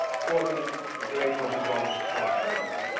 quoting the great neurophysiologist, charles sherrington,